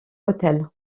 autel